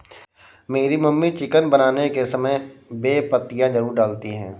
मेरी mummy chicken बनाने के समय बे पत्तियां जरूर डालती हैं